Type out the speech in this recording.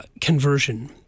conversion